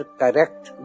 correct